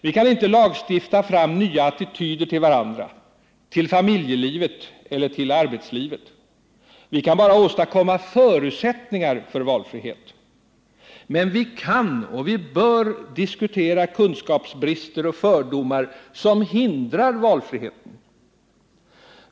Vi kan inte lagstifta fram nya attityder till varandra, till familjelivet eller till arbetslivet. Vi kan bara åstadkomma förutsättningar för valfrihet. Men vi kan och bör ständigt diskutera kunskapsbrister och fördomar som hindrar valfriheten.